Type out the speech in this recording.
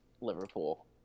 Liverpool